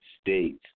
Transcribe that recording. States